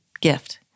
gift